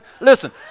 Listen